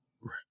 Right